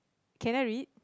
can I read